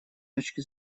точки